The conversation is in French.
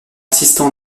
assistant